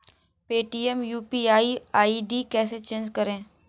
Paytm U P I I D कैसे change करें?